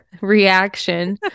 reaction